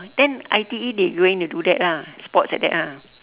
then I_T_E they going do that ah sports like that ah